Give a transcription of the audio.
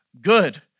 Good